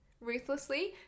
ruthlessly